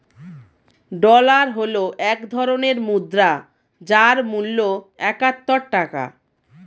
dollar হল এক ধরনের মুদ্রা যার মূল্য একাত্তর টাকা